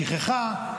שכחה,